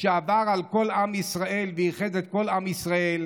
שעבר על כל עם ישראל ואיחד את כל עם ישראל,